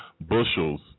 bushels